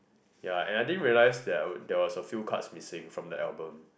ya and I didn't realise there there was a few cards missing from the album